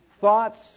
thoughts